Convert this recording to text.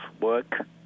work